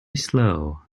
slow